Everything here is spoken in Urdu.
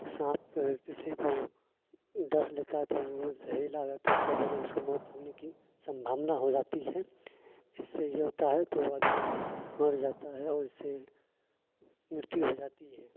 سانپ کسی کو ڈس لیتا ہے تو وہ زہریلا ہو جاتا ہے اس کا بدن اس کو موت ہونے کی سنبھابنا ہو جاتی ہے اس سے یہ ہوتا ہے تو وہ آدمی مر جاتا ہے اور اس سے مرتیو ہو جاتی ہے